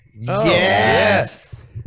Yes